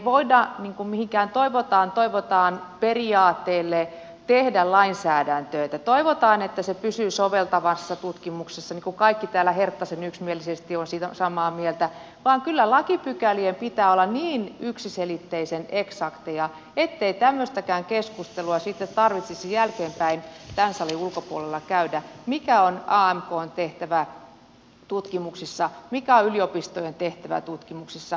me emme voi millekään toivotaan toivotaan periaatteelle tehdä lainsäädäntöä siten että toivotaan että se pysyy soveltavassa tutkimuksessa mistä kaikki täällä herttaisen yksimielisesti ovat samaa mieltä vaan kyllä lakipykälien pitää olla niin yksiselitteisen eksakteja ettei tämmöistäkään keskustelua sitten tarvitsisi jälkeenpäin tämän salin ulkopuolella käydä mikä on amkn tehtävä tutkimuksissa mikä on yliopistojen tehtävä tutkimuksissa